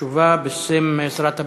תשובה בשם שרת הבריאות.